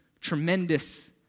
tremendous